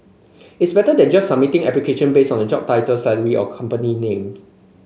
it's better than just submitting application based on the job title salary or company name